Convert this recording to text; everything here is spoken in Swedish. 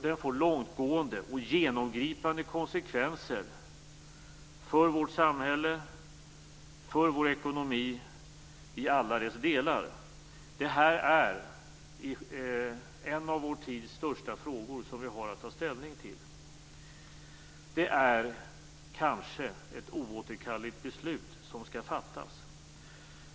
Den får långtgående och genomgripande konsekvenser för vårt samhälle och för vår ekonomi i alla dess delar. Det här är en av vår tids största frågor som vi har att ta ställning till. Det är kanske ett oåterkalleligt beslut som skall fattas.